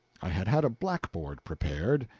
i had had a blackboard prepared,